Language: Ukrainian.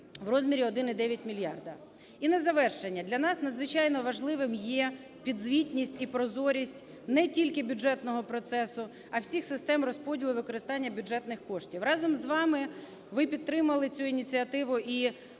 у розмірі 1,9 мільярда. І на завершення. Для нас надзвичайно важливим є підзвітність і прозорість не тільки бюджетного процесу, а всіх систем розподілу використання бюджетних коштів. Разом з вами… ви підтримали цю ініціативу і затвердили